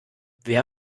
wer